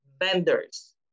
vendors